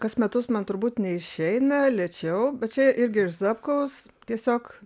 kas metus man turbūt neišeina lėčiau bet čia irgi iš zapkaus tiesiog